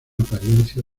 apariencia